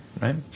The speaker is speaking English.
right